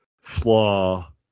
flaw